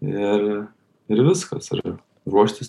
ir ir viskas ir ruoštis